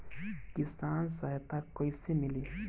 किसान सहायता कईसे मिली?